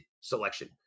selection